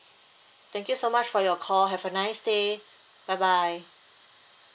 thank you so much for your call have a nice day bye bye